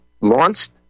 launched